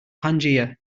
pangaea